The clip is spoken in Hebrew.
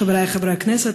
חברי חברי הכנסת,